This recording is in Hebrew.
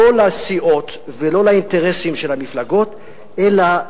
לא לסיעות ולא לאינטרסים של המפלגות אלא,